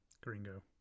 Gringo